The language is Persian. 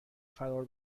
فرار